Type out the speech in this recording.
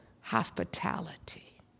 hospitality